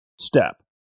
step